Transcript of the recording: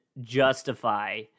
justify